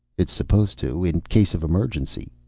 it's supposed to. in case of emergency.